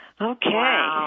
Okay